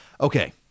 Okay